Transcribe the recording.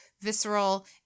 visceral